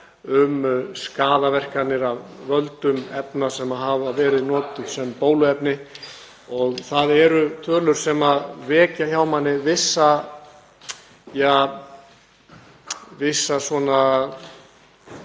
um skaða af völdum efna sem hafa verið notuð sem bóluefni. Það eru tölur sem vekja hjá manni vissan